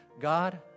God